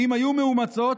לדעת הוועדה, אם היו מאומצות,